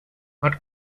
what